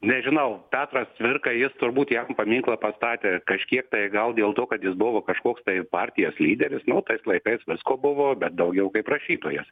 nežinau petras cvirka jis turbūt jam paminklą pastatė kažkiek tai gal dėl to kad jis buvo kažkoks tai partijos lyderis nu tais laikais visko buvo bet daugiau kaip rašytojas